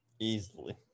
easily